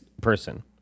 person